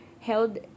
Held